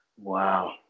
Wow